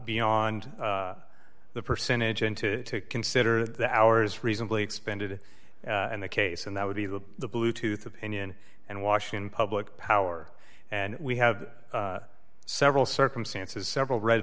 beyond the percentage and to consider the hours reasonably expended and the case and that would be the bluetooth opinion and washington public power and we have several circumstances several red